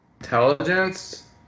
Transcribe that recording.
Intelligence